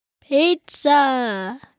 pizza